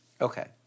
Okay